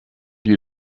you